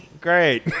Great